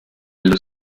nello